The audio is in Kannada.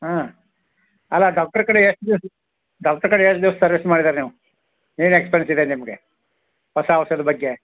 ಹಾಂ ಅಲ್ಲ ಡಾಕ್ಟ್ರ್ ಕಡೆ ಎಷ್ಟು ದಿವ್ಸ ಡಾಕ್ಟ್ರ್ ಕಡೆ ಎಷ್ಟು ದಿವ್ಸ ಸರ್ವಿಸ್ ಮಾಡಿದ್ರಿ ನೀವು ಏನು ಎಕ್ಸ್ಪಿರಿಯನ್ಸ್ ಇದೆ ನಿಮಗೆ ಹೊಸ ಹೊಸದು ಬಗ್ಗೆ